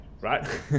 right